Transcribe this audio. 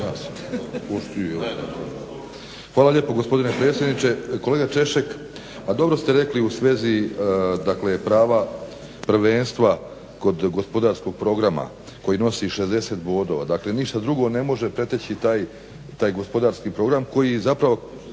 Hvala lijepo gospodine predsjedniče. Kolega Češek, pa dobro ste rekli u svezi dakle prava prvenstva kod gospodarskog programa koji nosi 60 bodova, dakle ništa drugo ne može preteći taj gospodarski program koji je zapravo